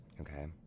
Okay